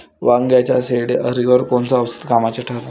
वांग्याच्या शेंडेअळीवर कोनचं औषध कामाचं ठरन?